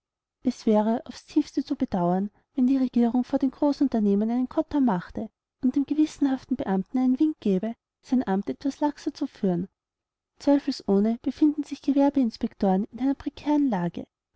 es wäre aufs tiefste zu bedauern wenn die regierung vor den großunternehmern einen kotau machte und dem gewissenhaften beamten einen wink gäbe sein amt etwas laxer zu führen zweifelsohne befinden sich die gewerbeinspektoren in einer prekären lage